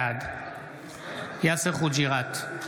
בעד יאסר חוג'יראת,